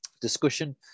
discussion